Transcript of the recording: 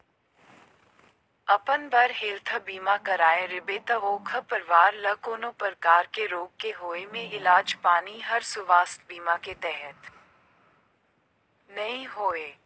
अपन बर हेल्थ बीमा कराए रिबे त ओखर परवार ल कोनो परकार के रोग के होए मे इलाज पानी हर सुवास्थ बीमा के तहत नइ होए